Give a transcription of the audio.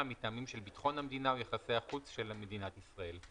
מטעמים של ביטחון המדינה או יחסי החוץ של מדינת ישראל.